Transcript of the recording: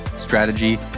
strategy